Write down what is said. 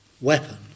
weapon